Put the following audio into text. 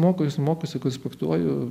aš tiktai mokausi mokausi konspektuoju